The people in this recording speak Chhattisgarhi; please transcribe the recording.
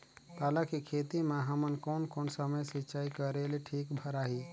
पाला के खेती मां हमन कोन कोन समय सिंचाई करेले ठीक भराही?